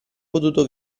potuto